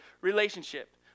relationship